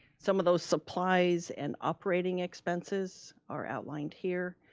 some of those supplies and operating expenses are outlined here.